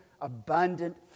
abundant